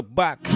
back